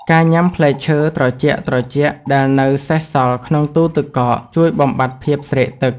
ការញ៉ាំផ្លែឈើត្រជាក់ៗដែលនៅសេសសល់ក្នុងទូទឹកកក ជួយបំបាត់ភាពស្រេកទឹក។